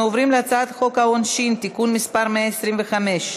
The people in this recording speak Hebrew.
אנחנו עוברים להצעת חוק העונשין (תיקון מס' 125),